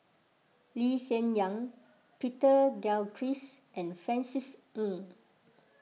Lee Hsien Yang Peter Gilchrist and Francis Ng